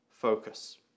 focus